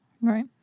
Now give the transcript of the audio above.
Right